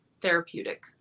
therapeutic